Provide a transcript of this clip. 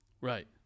Right